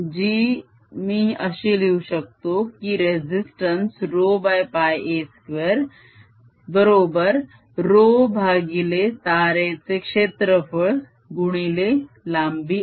जी मी अशी लिहू शकतो की रेसिस्तंस ρπa2 बरोबर ρ भागिले तारेचे क्षेत्रफळ गुणिले लांबी l